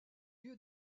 lieu